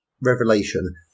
revelation